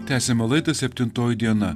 tęsiama laidą septintoji diena